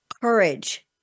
courage